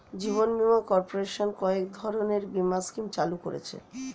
জীবন বীমা কর্পোরেশন কয় ধরনের বীমা স্কিম চালু করেছে?